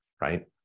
right